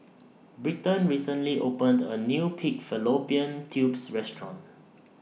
Britton recently opened A New Pig Fallopian Tubes Restaurant